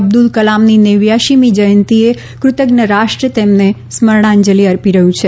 અબ્દુલ કલામની નેવ્યાશીમી જયંતિએ કૃતજ્ઞ રાષ્ટ્ર તેમને સ્મરણાંજલી અર્પી રહ્યું છે